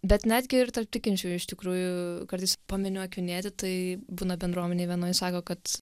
bet netgi ir tarp tikinčiųjų iš tikrųjų kartais paminiu akvinietį tai būna bendruomenėj vienoj sako kad